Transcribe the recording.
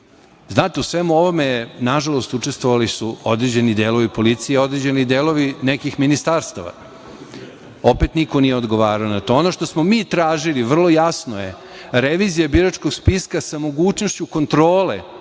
u svemu ovome, nažalost, učestvovali su određeni delovi policije, određeni delovi nekih ministarstava. Opet niko nije odgovarao. Ono što smo mi tražili, vrlo jasno je, revizija biračkog spiska sa mogućnosti kontrole